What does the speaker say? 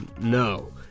no